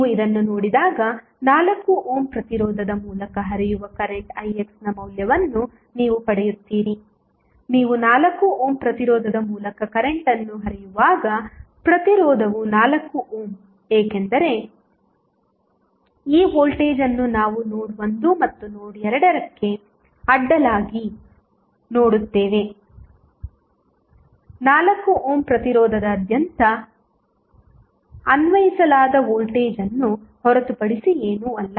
ನೀವು ಇದನ್ನು ನೋಡಿದಾಗ 4 ಓಮ್ ಪ್ರತಿರೋಧದ ಮೂಲಕ ಹರಿಯುವ ಕರೆಂಟ್ ix ನ ಮೌಲ್ಯವನ್ನು ನೀವು ಪಡೆಯುತ್ತೀರಿ ನೀವು 4 ಓಮ್ ಪ್ರತಿರೋಧದ ಮೂಲಕ ಕರೆಂಟ್ ಅನ್ನು ಹರಿಯುವಾಗ ಪ್ರತಿರೋಧವು 4 ಓಮ್ ಏಕೆಂದರೆ ಈ ವೋಲ್ಟೇಜ್ ಅನ್ನು ನಾವು ನೋಡ್ 1 ಮತ್ತು ನೋಡ್ 2 ಗೆ ಅಡ್ಡಲಾಗಿ ನೋಡುತ್ತೇವೆ 4 ಓಮ್ ಪ್ರತಿರೋಧದಾದ್ಯಂತ ಅನ್ವಯಿಸಲಾದ ವೋಲ್ಟೇಜ್ ಅನ್ನು ಹೊರತುಪಡಿಸಿ ಏನೂ ಅಲ್ಲ